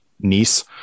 niece